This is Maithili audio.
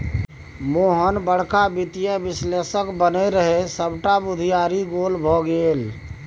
मोहन बड़का वित्तीय विश्लेषक बनय रहय सभटा बुघियारी गोल भए गेलै